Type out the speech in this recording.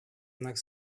знак